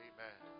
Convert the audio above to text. Amen